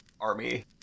army